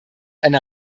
eine